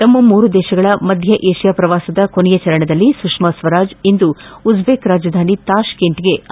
ತಮ್ಮ ಮೂರು ದೇಶಗಳ ಮಧ್ಯ ಏಷ್ಯಾ ಪ್ರವಾಸದ ಕೊನೆಯ ಚರಣದಲ್ಲಿ ಸುಷ್ಮಾ ಸ್ವರಾಜ್ ಇಂದು ಉಜ್ಜೇಕ್ ರಾಜಧಾನಿ ತಾಷ್ಕೆಂಟ್ಗೆ ಆಗಮಿಸಲಿದ್ದಾರೆ